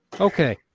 Okay